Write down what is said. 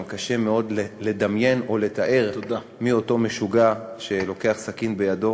גם קשה מאוד לדמיין או לתאר מי אותו משוגע שלוקח סכין בידו